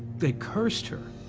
they cursed her.